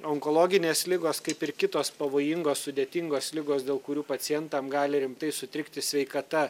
onkologinės ligos kaip ir kitos pavojingos sudėtingos ligos dėl kurių pacientam gali rimtai sutrikti sveikata